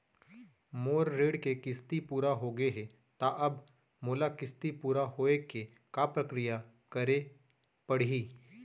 मोर ऋण के किस्ती पूरा होगे हे ता अब मोला किस्ती पूरा होए के का प्रक्रिया करे पड़ही?